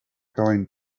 going